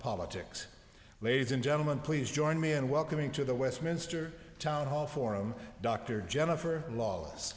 politics ladies and gentlemen please join me in welcoming to the westminster town hall forum dr jennifer laws